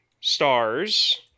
stars